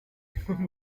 yifuza